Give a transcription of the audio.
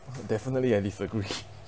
definitely I disagree